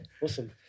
Awesome